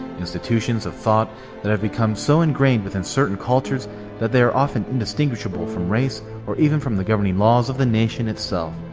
institutions of thought that have become so ingrained within certain cultures that they are often indistinguishable from race or even from the governing laws of the nation itself.